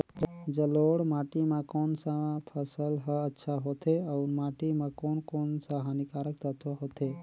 जलोढ़ माटी मां कोन सा फसल ह अच्छा होथे अउर माटी म कोन कोन स हानिकारक तत्व होथे?